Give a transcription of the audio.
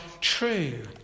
true